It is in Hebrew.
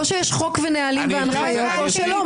או שיש חוק, נהלים והנחיות או שלא.